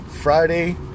Friday